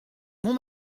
mon